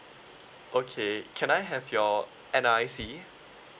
okay can I have your N_R_I_C